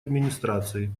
администрации